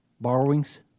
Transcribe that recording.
borrowings